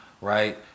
right